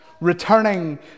Returning